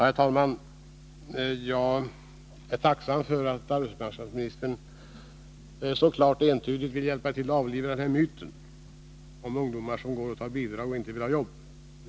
Herr talman! Jag är tacksam för att arbetsmarknadsministern så klart och entydigt vill hjälpa till att avliva myten om ungdomar som går och hämtar bidrag och inte vill ha jobb.